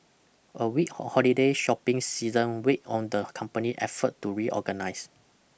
a weak holiday shopping season weighed on the company effort to reorganize